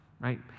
right